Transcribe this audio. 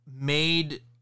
made